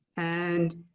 and